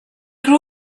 grew